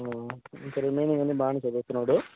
ఇంకా రిమైనింగ్ అన్నీ బాగానే చదువుతున్నాడు